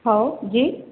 हो जी